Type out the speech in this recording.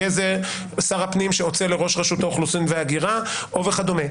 יהא זה שר הפנים שרוצה לראש רשות האוכלוסין וההגירה וכדומה,